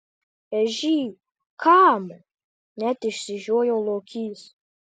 ežy kam net išsižiojo lokys